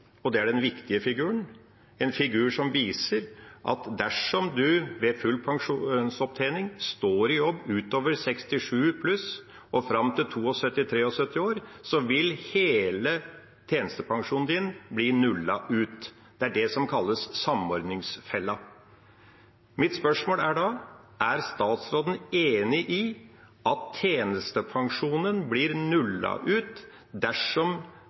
og det er den viktige figuren – en figur som viser at dersom man ved full pensjonsopptjening står i jobb utover 67 år og fram til 72–73 år, vil hele tjenestepensjonen bli nullet ut. Det er det som kalles samordningsfella. Mitt spørsmål er da: Er statsråden enig i at tjenestepensjonen blir nullet ut dersom